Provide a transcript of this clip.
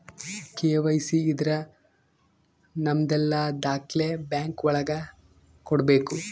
KYC ಇದ್ರ ನಮದೆಲ್ಲ ದಾಖ್ಲೆ ಬ್ಯಾಂಕ್ ಒಳಗ ಕೊಡ್ಬೇಕು